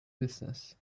business